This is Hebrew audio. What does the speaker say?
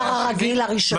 כמה הדואר הרגיל הראשון?